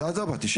אז אדרבא, תשאלי.